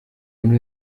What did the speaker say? muntu